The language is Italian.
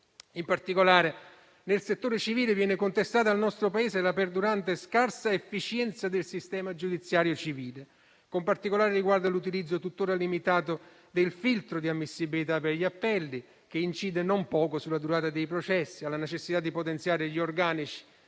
In particolare, nel settore civile viene contestato al nostro Paese la perdurante e scarsa efficienza del sistema giudiziario civile, con particolare riguardo all'utilizzo, tuttora limitato, del filtro di ammissibilità per gli appelli, che incide non poco sulla durata dei processi; alla necessità di potenziare i